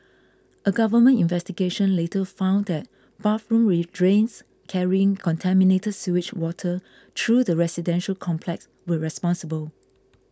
a government investigation later found that bathroom drains carrying contaminated sewage water through the residential complex were responsible